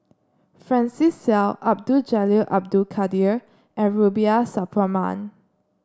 Francis Seow Abdul Jalil Abdul Kadir and Rubiah Suparman